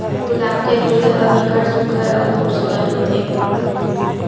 गुलाब के फूल ह बिकट सुग्घर अउ खुबसूरत होथे